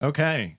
Okay